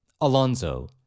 Alonso